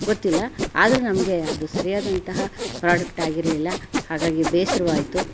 ಗೊತ್ತಿಲ್ಲ ಆದ್ರೂ ನಮಗೆ ಅದು ಸರಿಯಾದಂತಹ ಪ್ರಾಡಕ್ಟ್ ಆಗಿರಲಿಲ್ಲ ಹಾಗಾಗಿ ಬೇಸರವಾಯ್ತು